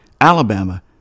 Alabama